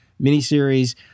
miniseries